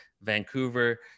Vancouver